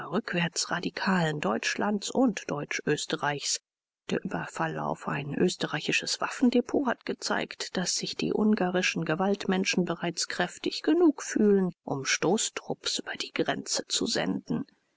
rückwärts-radikalen deutschlands und deutsch-österreichs der überfall auf ein österreichisches waffendepot hat gezeigt daß sich die ungarischen gewaltmenschen bereits kräftig genug fühlen um stoßtrupps über die grenze zu senden